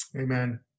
Amen